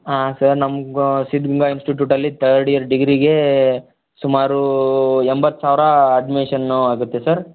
ಹಾಂ ಸರ್ ನಮ್ಮ ಗ ಸಿದ್ದಗಂಗಾ ಇನ್ಸ್ಟಿಟ್ಯೂಟಲ್ಲಿ ಥರ್ಡ್ ಇಯರ್ ಡಿಗ್ರಿಗೆ ಸುಮಾರು ಎಂಬತ್ತು ಸಾವಿರ ಅಡ್ಮಿಶನ್ನು ಆಗುತ್ತೆ ಸರ್